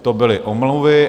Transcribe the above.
To byly omluvy.